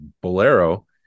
Bolero